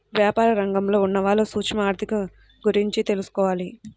యాపార రంగంలో ఉన్నవాళ్ళు సూక్ష్మ ఆర్ధిక గురించి తెలుసుకోవాలి